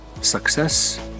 Success